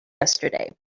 yesterday